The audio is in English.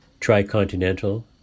Tricontinental